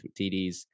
TDs